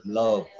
love